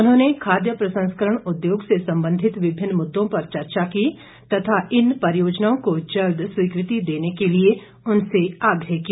उन्होंने खाद्य प्रसंस्करण उद्योग से संबंधित विभिन्न मुददों पर चर्चा की तथा इन परियोजनाओं को जल्द स्वीकृति देने के लिए उनसे आग्रह किया